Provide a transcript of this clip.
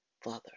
father